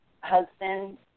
husband